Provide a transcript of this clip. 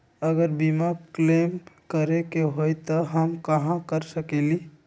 अगर बीमा क्लेम करे के होई त हम कहा कर सकेली?